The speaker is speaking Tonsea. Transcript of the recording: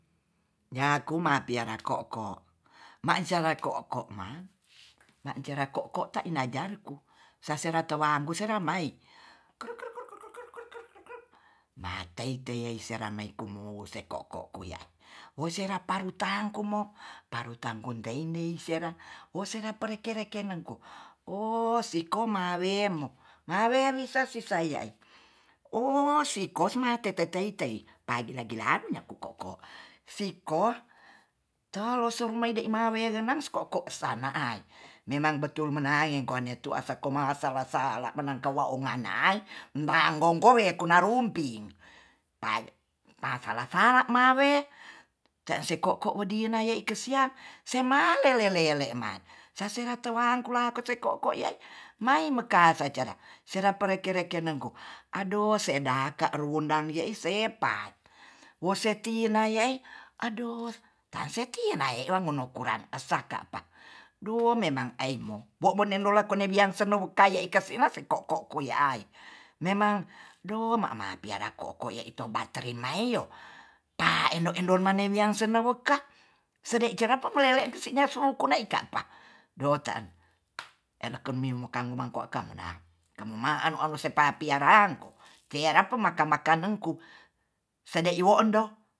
Nyaku mapiara ko'ko mainsara ko'ko mang, mainsara ko'ko tainajar ku sasera tawaang kusera mai "kur kur kur kur kur kur kur" matei tei yei serang mei kumuwu se ko'ko kuyah. woserang parutan kumo parutan kunteindei serang woserang perlengke-rengke mengko oh sikomawemo mawewisasisaiai oh sikosma tete tei-tei pa gila-gila haru nya ku ko'ko. si kor tolo suimeidei mawe genang su ko'ko sana ai. memang betul menae koneng tu asa komang asal a salah menangkowa anai bagongkowe kunarumping ai masala-sala mawe ta si ko'ko medie nae e kasiang se malele le le man caserang tewang kulang te se ko'ko yei mai meka sajarah sera pareke-reke nengku adoh daka ruwundang ye isepat woseti naei aduh tanse tinai ramono kuran asakapa duo memang aimo wo men nenolak kone wiang senewu kaye ika'si masi ko koye ai memang du mama piara koko ye ito barterimaio pa endon-endon manewian sunewuka sede jerape melele kersi ner suur koer kapang doten ene kumin mukan mumako kamna mamuma anu aul sepapi are anko keara'pu `maka-maka nengku sede i iwoondo